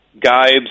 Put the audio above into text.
guides